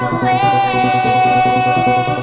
away